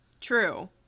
true